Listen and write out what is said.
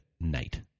night